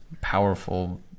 powerful